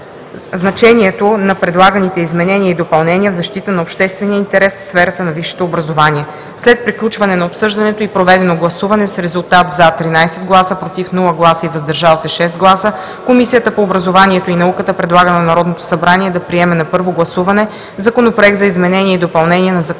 Законопроект за изменение и допълнение на Закона